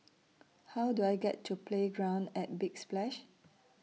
How Do I get to Playground At Big Splash